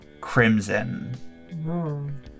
crimson